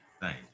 Thank